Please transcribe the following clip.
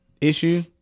issue